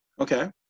Okay